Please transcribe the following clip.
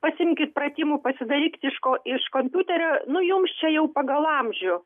pasirinkit pratimų pasidarykit iš ko iš kompiuterio nu mjums čia jau pagal amžių